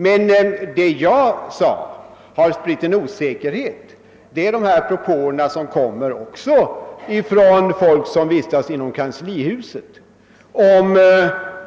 Men vad som spritt osäkerhet — och det var det jag pekade på är dessa propåer, som också kommer från folk som vistas inom kanslihuset, om